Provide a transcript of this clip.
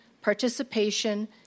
participation